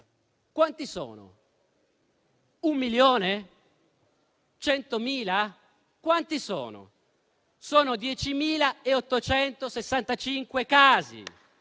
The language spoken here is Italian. Quanti sono? Un milione? 100.000? Quanti sono? Sono 10.865 casi.